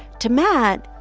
to matt,